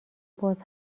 باز